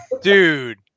dude